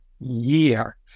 year